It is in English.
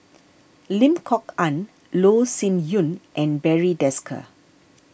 Lim Kok Ann Loh Sin Yun and Barry Desker